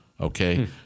okay